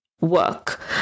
work